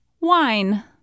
wine